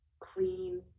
clean